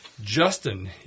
Justin